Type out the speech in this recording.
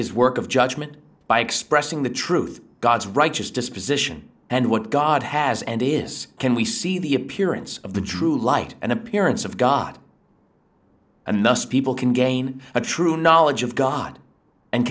his work of judgement by expressing the truth god's righteous disposition and what god has and is can we see the appearance of the drew light and appearance of god and thus people can gain a true knowledge of god and